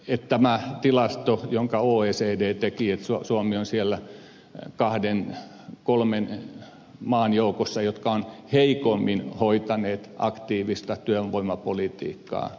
tämän tilaston mukaan jonka oecd teki suomi on siellä kahden kolmen maan joukossa jotka ovat heikoimmin hoitaneet aktiivista työvoimapolitiikkaa